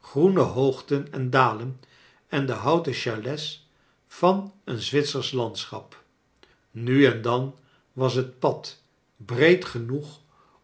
groene hoogten en dalen en de houten chalets van een zwitsersch landschap nu en dan was het pad breed genoeg